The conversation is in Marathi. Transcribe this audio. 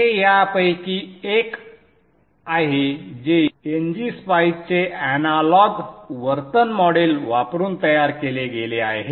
ते यापैकी एक आहे जे ngSpice चे अनालॉग वर्तन मॉडेल वापरून तयार केले गेले आहे